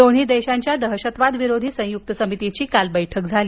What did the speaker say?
दोन्ही देशांच्या दहशतवादविरोधी संयुक्त समितीची काल बैठक झाली